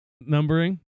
numbering